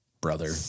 brother